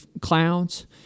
clouds